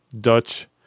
Dutch